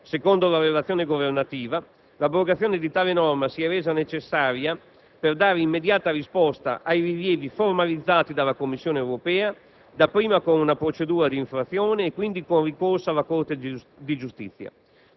Secondo la relazione governativa, l'abrogazione di tale norma si è resa necessaria per dare immediata risposta ai rilievi formalizzati dalla Commissione europea, dapprima con una procedura di infrazione e quindi con ricorso alla Corte di giustizia.